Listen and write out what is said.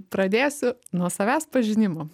pradėsiu nuo savęs pažinimo